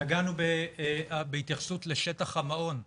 נגענו בהתייחסות לשטח המעון ולבטיחות,